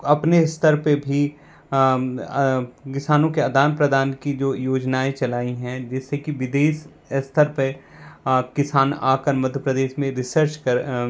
अपने स्तर पे भी किसानों के अदान प्रदान की जो योजनाएँ चलाई हैं जिससे कि विदेश स्तर पे किसान आकर मध्य प्रदेस में रिसर्च कर